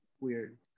weird